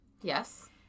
Yes